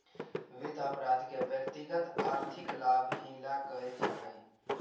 वित्त अपराध के व्यक्तिगत आर्थिक लाभ ही ला कइल जा हई